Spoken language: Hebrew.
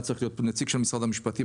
היה צריך להיות פה נציג של משרד המשפטים,